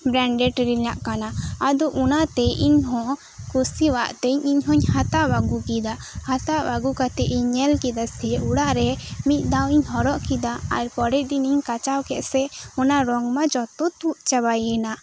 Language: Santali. ᱵᱨᱮᱱᱰᱮᱴ ᱨᱮᱱᱟᱜ ᱠᱟᱱᱟ ᱟᱫᱚ ᱚᱱᱟᱛᱮ ᱤᱧ ᱦᱚᱸ ᱠᱩᱥᱤᱣᱟᱜ ᱛᱮ ᱤᱧ ᱦᱚᱸᱧ ᱦᱟᱛᱟᱣ ᱟᱹᱜᱩ ᱠᱮᱫᱟ ᱦᱟᱛᱟᱣ ᱟᱹᱜᱩ ᱠᱟᱛᱮᱫ ᱤᱧ ᱧᱮᱞ ᱠᱮᱫᱟ ᱥᱮ ᱚᱲᱟᱜ ᱨᱮ ᱢᱤᱫ ᱫᱷᱟᱣᱤᱧ ᱦᱚᱨᱚᱜ ᱠᱮᱫᱟ ᱟᱨ ᱯᱚᱨᱮᱨ ᱫᱤᱱᱤᱧ ᱠᱟᱪᱟᱣ ᱠᱮᱫ ᱥᱮ ᱚᱱᱟ ᱨᱚᱝ ᱢᱟ ᱡᱚᱛᱚ ᱛᱩᱫ ᱪᱟᱵᱟᱭᱮᱱᱟ